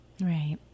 Right